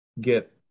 get